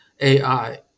AI